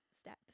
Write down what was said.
steps